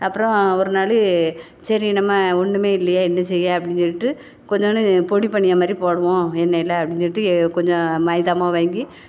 அப்புறம் ஒரு நாள் சரி நம்ம ஒன்றும் இல்லையே என்ன செய்ய அப்படினு சொல்லிட்டு கொஞ்சொண்டு பொடி பனியாரம் மாதிரி போடுவோம் எண்ணெயில் அப்படினு சொல்லிட்டு ஏ கொஞ்சம் மைதா மாவு வாங்கி